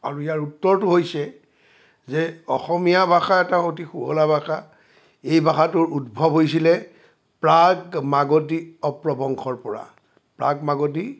আৰু ইয়াৰ উত্তৰটো হৈছে যে অসমীয়া ভাষা এটা অতি শুৱলা ভাষা এই ভাষাটোৰ উদ্ভৱ হৈছিলে প্ৰাক মাগধি অপভ্ৰংশৰ পৰা প্ৰাক মাগধি